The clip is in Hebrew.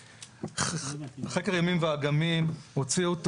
חקר ימים ואגמים הוציא עוד תרחיש,